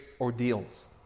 ordeals